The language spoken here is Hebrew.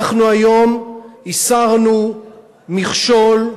אנחנו היום הסרנו מכשול,